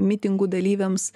mitingų dalyviams